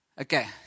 Okay